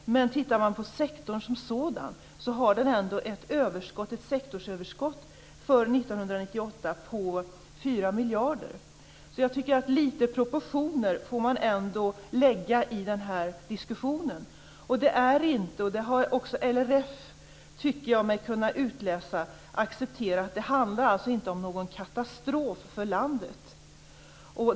Men tittar man på sektorn som sådan så har den ändå ett överskott, ett sektorsöverskott, för 1998 på fyra miljarder. Lite proportioner tycker jag ändå att man får lägga in i den här diskussionen. Det handlar alltså inte, och det tycker jag mig kunna utläsa att också LRF har accepterat, om någon katastrof för landet.